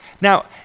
Now